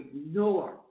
ignore